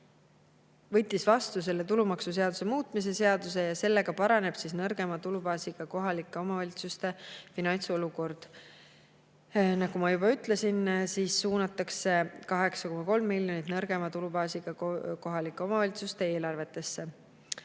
võttis Riigikogu vastu tulumaksuseaduse muutmise seaduse, millega paraneb nõrgema tulubaasiga kohalike omavalitsuste finantsolukord. Nagu ma juba ütlesin, suunatakse 8,3 miljonit nõrgema tulubaasiga kohalike omavalitsuste eelarvetesse.